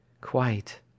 Quite